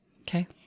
okay